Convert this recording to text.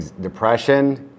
Depression